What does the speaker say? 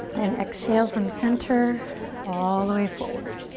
and exhale, from center all the way forward.